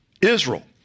Israel